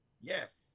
Yes